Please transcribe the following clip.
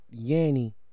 Yanny